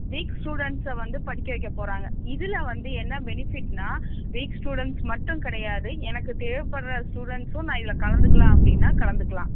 week ஸ்டூடண்ட்ஸ்ஸை வந்து படிக்க வைக்க போகிறாங்க இதில் வந்து என்ன பெனிஃபிட்னால் வீக் ஸ்டூடண்ட்ஸ் மட்டும் கிடையாது எனக்கு தேவைப்பட்ற ஸ்டூடண்ட்ஸ்ஸும் நான் இதில் கலந்துக்கலாம் அப்படின்னா கலந்துக்கலாம்